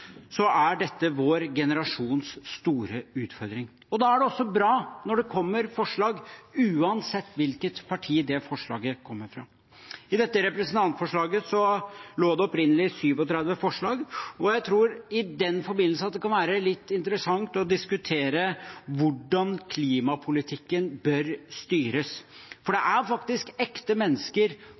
er dette vår generasjons store utfordring. Da er det også bra når det kommer forslag, uansett hvilket parti det forslaget kommer fra. I dette representantforslaget lå det opprinnelig 37 forslag, og jeg tror i den forbindelse at det kan være litt interessant å diskutere hvordan klimapolitikken bør styres, for det er faktisk ekte mennesker